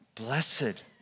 Blessed